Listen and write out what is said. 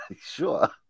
Sure